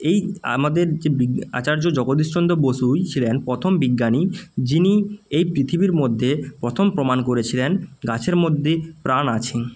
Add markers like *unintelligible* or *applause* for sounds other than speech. এই আমাদের যে *unintelligible* আচার্য জগদীশ চন্দ্র বসুই ছিলেন প্রথম বিজ্ঞানী যিনি এই পৃথিবীর মধ্যে প্রথম প্রমাণ করেছিলেন গাছের মধ্যে প্রাণ আছে